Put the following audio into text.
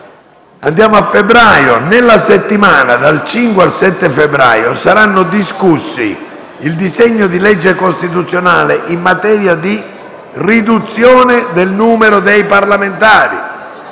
delle Commissioni. Nella settimana dal 5 al 7 febbraio saranno discussi il disegno di legge costituzionale in materia di riduzione del numero dei parlamentari